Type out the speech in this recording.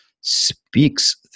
speaks